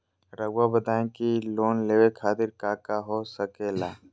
रउआ बताई की लोन लेवे खातिर काका हो सके ला?